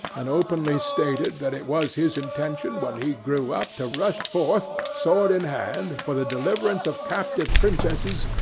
and openly stated that it was his intention when he grew up, to rush forth sword in hand for the deliverance of captive princesses,